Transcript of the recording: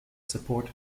support